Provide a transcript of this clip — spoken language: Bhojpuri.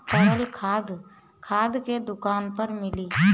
तरल खाद खाद के दुकान पर मिली